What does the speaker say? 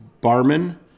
Barman